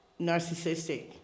narcissistic